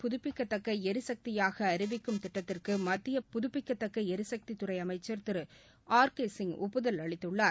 புதுப்பிக்கத்தக்களரிசக்தியாகஅறிவிக்கும் கடல்சார் சக்தியை திட்டத்திற்குமத்திய புதுப்பிக்கத்தக்களரிசக்தித்துறைஅமைச்சர் திருஆர் கேசிங் ஒப்புதல் அளித்துள்ளார்